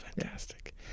fantastic